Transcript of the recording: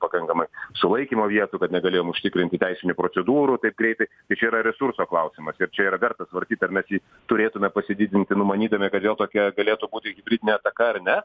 pakankamai sulaikymo vietų kad negalėjom užtikrinti teisinių procedūrų taip greitai tai čia yra resurso klausimas ir čia yra verta svarstyt ar mes jį turėtume pasididinti numanydami kad vėl tokia galėtų būti hibridinė ataka ar ne